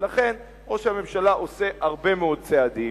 ולכן, ראש הממשלה עושה הרבה מאוד צעדים.